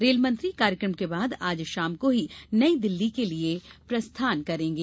rail मंत्री कार्यक्रम के बाद आज शाम को ही नई दिल्ली के लिए प्रस्थान करेंगे